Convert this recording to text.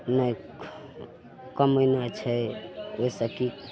नहि कमेनाइ छै ओहिसे कि